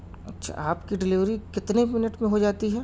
اچھا آپ کی ڈلیوری کتنے منٹ میں ہو جاتی ہے